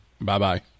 Bye-bye